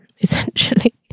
essentially